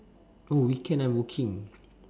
bro weekend I working